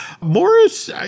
Morris